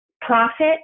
profit